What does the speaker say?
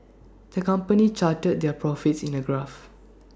the company charted their profits in A graph